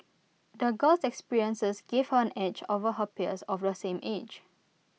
the girl's experiences gave her an edge over her peers of the same age